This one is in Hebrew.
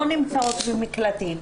לא נמצאות במקלטים,